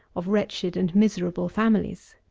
of wretched and miserable families.